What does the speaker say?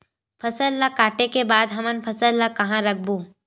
फसल ला काटे के बाद हमन फसल ल कहां रखबो?